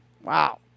Wow